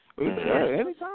Anytime